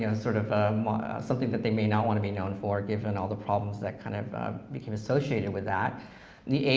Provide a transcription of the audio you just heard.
you know sort of something that they may not wanna be known for, given all the problems that kind of became associated with that. in the eighty